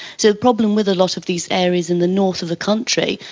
so the problem with a lot of these areas in the north of the country,